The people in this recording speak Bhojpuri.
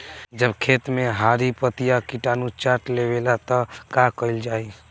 जब खेत मे हरी पतीया किटानु चाट लेवेला तऽ का कईल जाई?